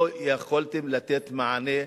לא יכולתם לתת מענה,